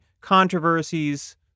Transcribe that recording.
controversies